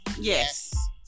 yes